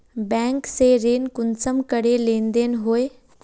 Bank से ऋण कुंसम करे लेन देन होए?